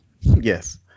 yes